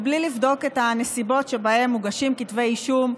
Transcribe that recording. מבלי לבדוק את הנסיבות שבהן מוגשים כתבי אישום,